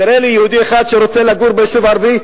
תראה לי יהודי אחד שרוצה לגור ביישוב ערבי,